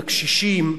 לקשישים,